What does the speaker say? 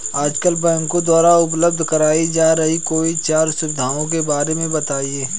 आजकल बैंकों द्वारा उपलब्ध कराई जा रही कोई चार सुविधाओं के बारे में बताइए?